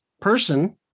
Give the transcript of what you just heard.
person